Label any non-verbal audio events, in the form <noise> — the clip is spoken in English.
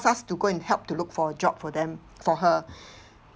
us to go and help to look for a job for them for her <breath>